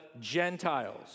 Gentiles